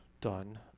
done